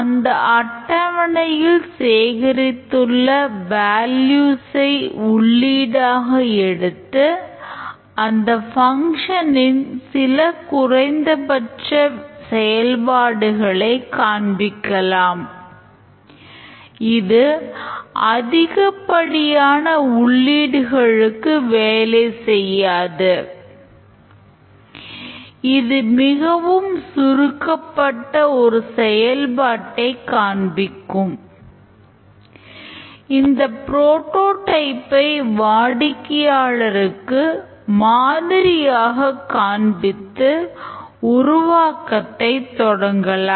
அந்த அட்டவணையில் சேகரித்துள்ள வேல்யூசை ஐ வாடிக்கையாளருக்கு மாதிரியாக காண்பித்து உருவாக்கத்தை தொடங்கலாம்